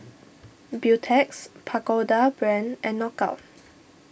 Beautex Pagoda Brand and Knockout